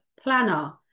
planner